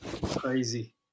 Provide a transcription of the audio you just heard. crazy